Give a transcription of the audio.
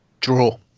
Draw